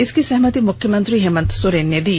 इसकी सहमति मुख्मंत्री हेमंत सोरेन ने दी